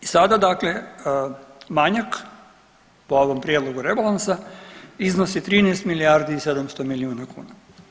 I sada dakle manjak po ovom prijedlogu rebalansa iznosi 13 milijardi i 700 milijuna kuna.